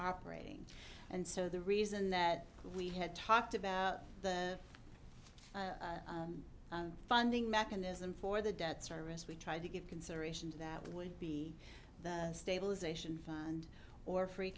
operating and so the reason that we had talked about the funding mechanism for the debt service we tried to give consideration to that would be the stabilization fund or free